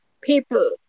people